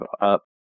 up